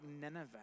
Nineveh